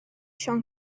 siôn